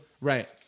Right